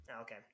Okay